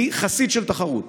אני חסיד של תחרות